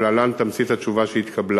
ולהלן תמצית התשובה שהתקבלה: